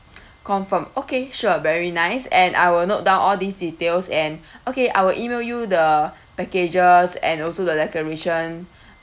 confirmed okay sure very nice and I will note down all these details and okay I will email you the packages and also the decoration